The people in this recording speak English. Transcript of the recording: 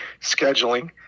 scheduling